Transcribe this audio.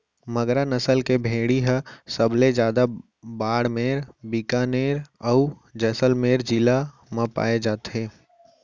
मगरा नसल के भेड़ी ह सबले जादा बाड़मेर, बिकानेर, अउ जैसलमेर जिला म पाए जाथे